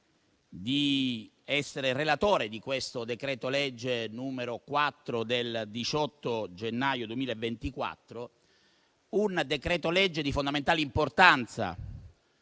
di essere relatore sul decreto-legge n. 4 del 18 gennaio 2024; un decreto-legge di fondamentale importanza